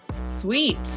Sweet